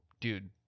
dude